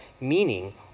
meaning